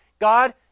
God